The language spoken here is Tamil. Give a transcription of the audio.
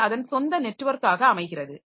அது அதன் சொந்த நெட்வொர்க்காக அமைகிறது